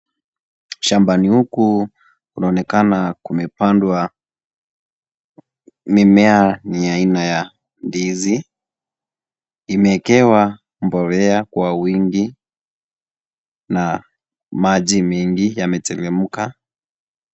Shambani huku kunaonekana kumepandwa mimea ya aina ya ndizi imeekewa mbolea kwa wingi na maji mingi yameteremuka.